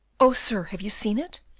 oh, sir, have you seen it?